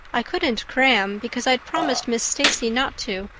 i couldn't cram because i'd promised miss stacy not to,